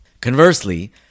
Conversely